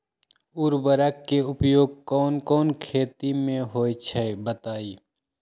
उर्वरक के उपयोग कौन कौन खेती मे होई छई बताई?